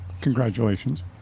congratulations